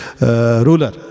ruler